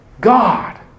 God